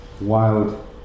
wild